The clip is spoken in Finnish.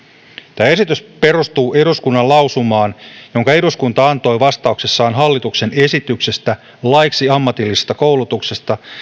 tämä esitys perustuu eduskunnan lausumaan jonka eduskunta antoi vastauksessaan hallituksen esityksestä laiksi ammatillisesta koulutuksesta